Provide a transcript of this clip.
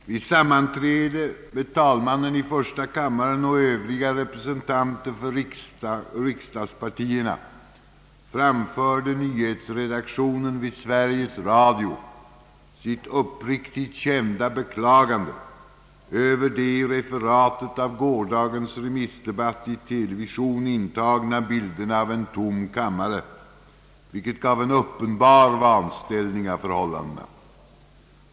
Jag skall be att få lämna ett meddelande: Vid sammanträde med talmannen i första kammaren och övriga representanter för riksdagspartierna framförde nyhetsredaktionen vid Sveriges Radio sitt uppriktigt kända beklagande över de i referatet av gårdagens remissdebatt i televisionen intagna bilderna av en tom kammare, vilka gav en uppenbar vanställning av förhållandena.